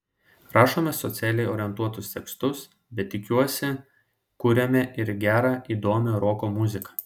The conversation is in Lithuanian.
rašome socialiai orientuotus tekstus bet tikiuosi kuriame ir gerą įdomią roko muziką